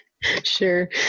Sure